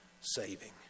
saving